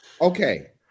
Okay